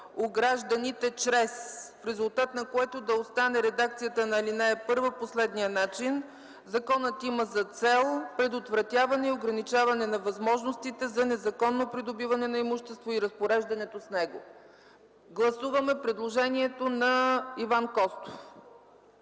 гражданите чрез”, в резултат на което да остане редакцията на ал. 1 по следния начин: „Законът има за цел предотвратяване и ограничаване на възможностите за незаконно придобиване на имущество и разпореждането с него”. Гласуваме предложението на Иван Костов.